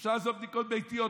אפשר לעשות בדיקות ביתיות,